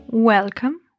Welcome